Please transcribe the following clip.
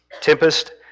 tempest